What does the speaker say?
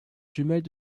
jumelle